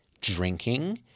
drinking